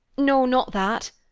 no, not that!